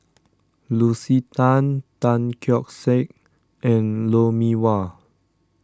Lucy Tan Tan Keong Saik and Lou Mee Wah